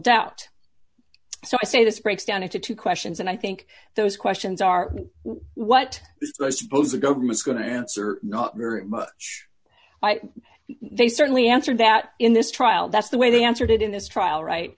doubt so i say this breaks down into two questions and i think those questions are what i suppose the government's going to answer not very much they certainly answered that in this trial that's the way they answered it in this trial